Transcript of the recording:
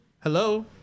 Hello